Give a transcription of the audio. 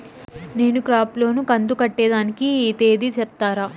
నేను crop loan కంతు కట్టేదానికి తేది సెప్తారా?